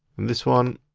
this one.